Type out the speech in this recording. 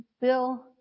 Bill